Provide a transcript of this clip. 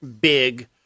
big